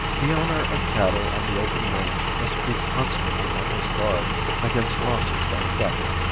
the owner of cattle on the open range must be constantly on his guard against losses by theft.